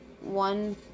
one